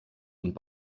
und